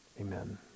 Amen